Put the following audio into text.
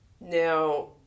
Now